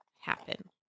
happen